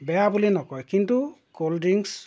বেয়া বুলি নকয় কিন্তু ক'ল্ড ড্ৰিংকছ্